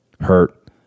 hurt